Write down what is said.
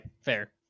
fair